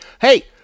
hey